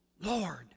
Lord